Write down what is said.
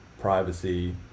privacy